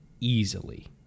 easily